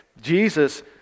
Jesus